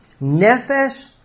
Nefesh